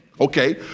okay